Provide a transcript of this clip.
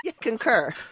Concur